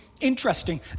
interesting